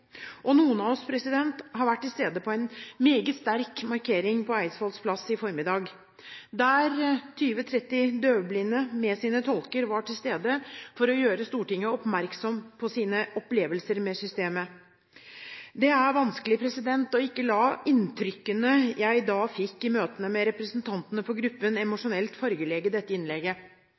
Og noen av oss har vært til stede på en meget sterk markering på Eidsvolls plass i formiddag, der 20–30 døvblinde med sine tolker var til stede for å gjøre Stortinget oppmerksom på sine opplevelser med systemet. Det er vanskelig ikke å la inntrykkene jeg i dag fikk i møtene med representantene for gruppen, emosjonelt fargelegge dette innlegget.